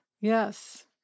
Yes